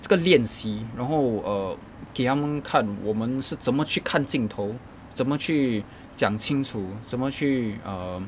这个练习然后 err 给他们看我们是怎么去看镜头怎么去讲清楚怎么去 um